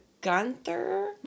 Gunther